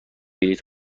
بلیط